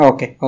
Okay